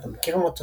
אותם הכיר מהצופים,